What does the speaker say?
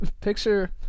picture